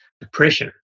depression